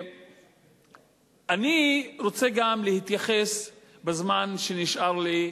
אני רוצה גם להתייחס, בזמן שנשאר לי,